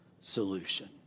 solution